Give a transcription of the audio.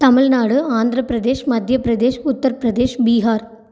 Tamil Nadu Andhra Pradesh Madhya Pradesh உத்திர்பிரதேஷ் Bihar